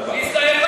אבא חושי.